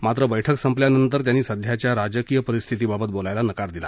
मात्र बैठक संपल्यानंतर त्यांनी सध्याच्या राजकीय परिस्थतीबाबत बोलायला नकार दिला